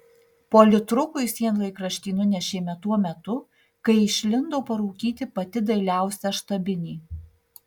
politrukui sienlaikraštį nunešėme tuo metu kai išlindo parūkyti pati dailiausia štabinė